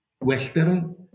Western